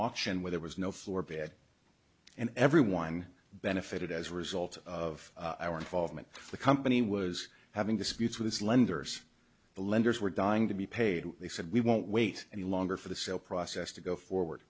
auction where there was no floor bad and everyone benefited as a result of our involvement the company was having disputes with its lenders the lenders were dying to be paid they said we won't wait any longer for the sale process to go forward